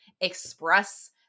express